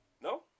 No